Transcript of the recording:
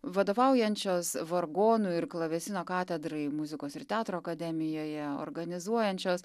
vadovaujančios vargonų ir klavesino katedrai muzikos ir teatro akademijoje organizuojančios